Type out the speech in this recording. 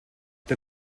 der